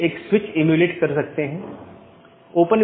यह एक प्रकार की नीति है कि मैं अनुमति नहीं दूंगा